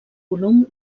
volum